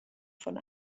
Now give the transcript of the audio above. von